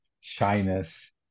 shyness